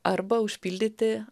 arba užpildyti